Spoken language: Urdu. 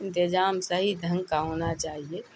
انتظام صحیح ڈھنگ کا ہونا چاہیے